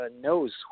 knows